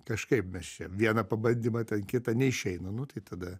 kažkaip mes čia vieną pabandymą ten kitą neišeina nu tai tada